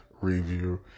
review